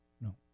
No